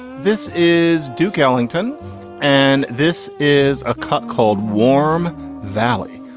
this is duke ellington and this is a cut called warm valley.